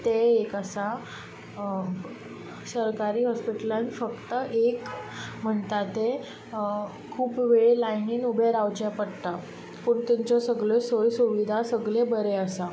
तेंवूय एक आसा सरकारी हॉस्पिटलांत फकत एक म्हणटा तें खूब वेळ लायनीन उबे रावचें पडटा पूण तांच्यो सगळ्यो सोय सुविधा सगळ्यो बऱ्यो आसा